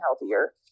healthier